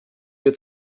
wir